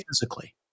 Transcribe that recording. physically